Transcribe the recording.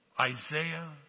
Isaiah